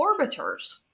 orbiters